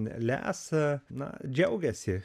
lesa na džiaugiasi